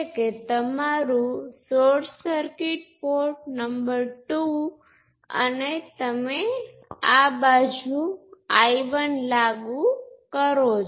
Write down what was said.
તેથી ફરીથી આ ઇક્વિવેલન્ટ સર્કિટ પોર્ટ વોલ્ટેજ અને પોર્ટ કરંટ વચ્ચે સમાન સંબંધોને લાગુ કરે છે